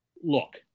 look